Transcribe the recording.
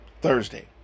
Thursday